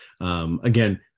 again